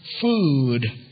food